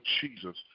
Jesus